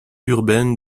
urbaine